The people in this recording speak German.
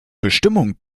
bestimmung